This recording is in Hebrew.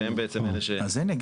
שהם בעצם אלה --- אז הינה,